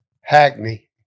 Hackney